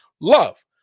love